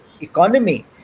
economy